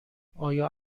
آیا